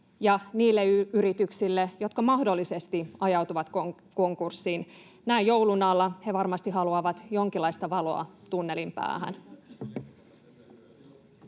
niille yrityksille, jotka mahdollisesti ajautuvat konkurssiin? Näin joulun alla he varmasti haluavat jonkinlaista valoa tunnelin päähän.